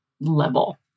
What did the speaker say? level